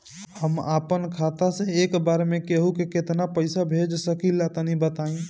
हम आपन खाता से एक बेर मे केंहू के केतना पईसा भेज सकिला तनि बताईं?